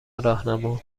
راهنما